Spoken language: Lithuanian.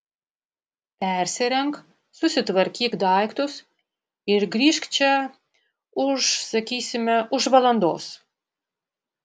persirenk susitvarkyk daiktus ir grįžk čia už sakysime už valandos